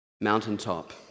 Mountaintop